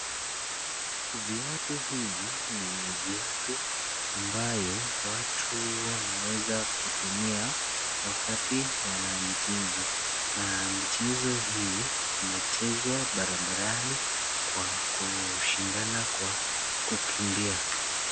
Viatu hivi ni viatu ambayo watu wanaweza kutumia wakati wana michezo, na michezo hii inachezwa barabarani kwa kushindana kwa kukimbia.